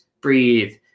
breathe